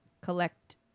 collect